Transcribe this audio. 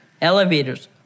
elevators